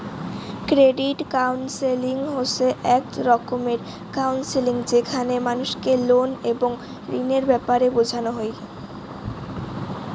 credit counselling হসে এক রকমের কাউন্সেলিং যেখানে মানুষকে লোন এবং ঋণের ব্যাপারে বোঝানো হই